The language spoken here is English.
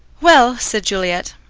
well, said juliet,